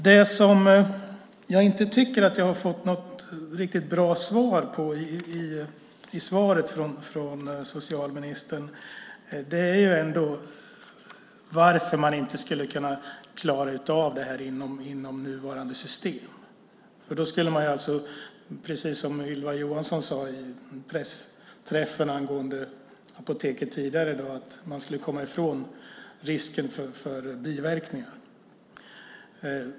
Det jag inte tycker att jag har fått något riktigt bra svar på från socialministern är varför man inte skulle kunna klara av detta inom nuvarande system. Då skulle man, precis som Ylva Johansson sade i pressträffen angående apoteket tidigare i dag, komma ifrån risken för biverkningar.